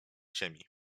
ziemi